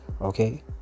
Okay